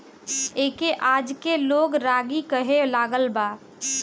एके आजके लोग रागी कहे लागल बा